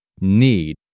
need